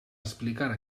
explicar